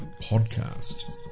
Podcast